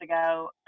ago